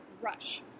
Rush